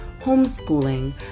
homeschooling